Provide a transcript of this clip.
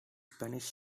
spanish